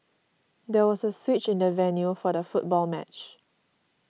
there was a switch in the venue for the football match